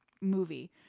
movie